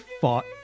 fought